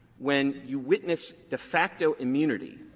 when you witness de facto immunity